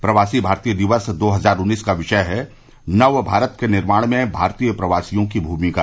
प्रवासी भारतीय दिवस दो हजार उन्नीस का विषय है नव भारत के निर्माण में भारतीय प्रवासियों की भूमिका